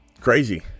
Crazy